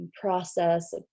Process